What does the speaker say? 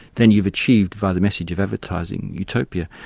then you've achieved, via the message of advertising, utopia.